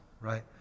right